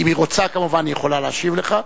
אם היא רוצה, כמובן היא יכולה להשיב לך.